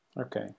Okay